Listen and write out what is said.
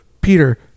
Peter